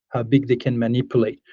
ah big they can manipulate,